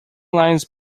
lines